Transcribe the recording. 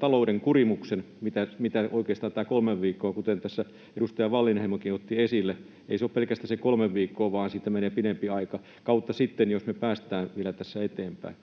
talouden kurimuksen kuin oikeastaan tämän kolme viikkoa, kuten tässä edustaja Wallinheimokin otti esille. Ei se ole pelkästään se kolme viikkoa, vaan menee pidempi aika — kautta sitten, jos me päästään vielä tässä eteenpäin.